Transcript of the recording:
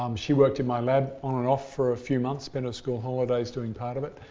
um she worked in my lab on and off for a few months, spent her school holidays doing part of it,